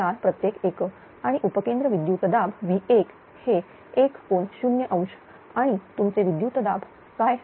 004 प्रत्येक एकक आणि उपकेंद्र विद्युत दाब V1 हे 1∠ 0° आणि तुमचे विद्युतदाब काय